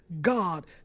God